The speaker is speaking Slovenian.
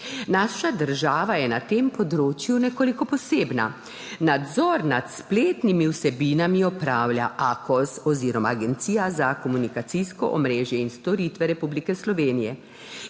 Naša država je na tem področju nekoliko posebna. Nadzor nad spletnimi vsebinami opravlja AKOS oziroma Agencija za komunikacijska omrežja in storitve Republike Slovenije,